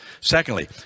Secondly